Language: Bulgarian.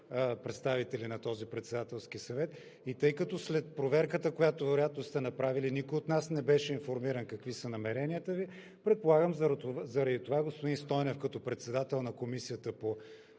представители на този председателски съвет. И тъй като след проверката, която вероятно сте направили, никой от нас не беше информиран какви са намеренията Ви, предполагам заради това господин Стойнев като председател на Комисията по